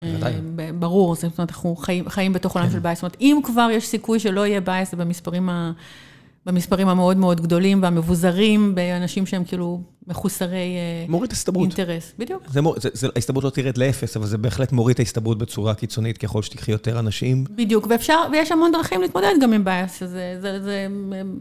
בוודאי, ברור, זאת אומרת, אנחנו חיים בתוך עולם של בעיה. זאת אומרת, אם כבר יש סיכוי שלא יהיה בעיה, זה במספרים, במספרים המאוד מאוד גדולים והמבוזרים, באנשים שהם כאילו מחוסרי אינטרס. מוריד הסתברות. בדיוק. ההסתברות לא תראית לאפס, אבל זה בהחלט מוריד את ההסתברות בצורה קיצונית, ככל שתקחי יותר אנשים. בדיוק, ואפשר, ויש המון דרכים להתמודד גם עם בעיה.